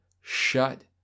shut